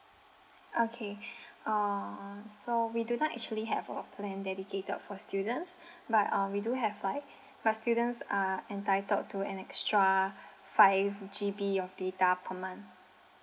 okay uh so we do not actually have a plan dedicated for students but uh we do have like all students are entitled to an extra five G_B of data per month